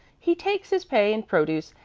he takes his pay in produce,